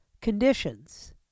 conditions